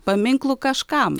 paminklu kažkam